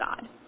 God